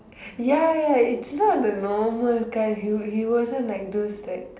ya ya it's not the normal kind he he wasn't like those like